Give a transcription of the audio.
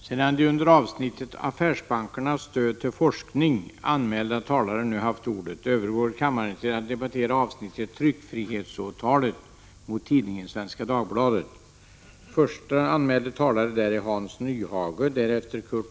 Sedan de under avsnittet Affärsbankernas stöd till forskning anmälda talarna nu haft ordet övergår kammaren till att debattera avsnittet Tryckfrihetsåtalet mot tidningen Svenska Dagbladet.